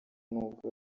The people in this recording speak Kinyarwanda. nubwo